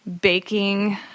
baking